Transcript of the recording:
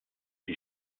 die